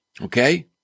okay